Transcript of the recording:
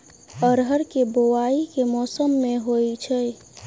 अरहर केँ बोवायी केँ मौसम मे होइ छैय?